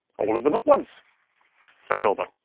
all of them at once said bilbo.